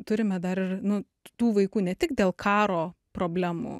turime dar ir nu tų vaikų ne tik dėl karo problemų